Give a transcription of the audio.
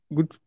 Good